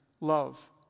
love